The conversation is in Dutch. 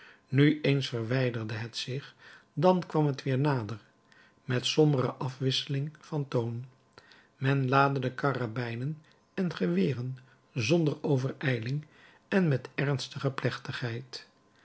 nu eens verwijderde het zich dan kwam het weer nader met sombere afwisseling van toon men laadde de karabijnen en geweren zonder overijling en met ernstige plechtigheid